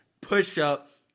push-up